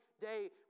day